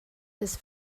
des